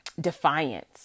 defiance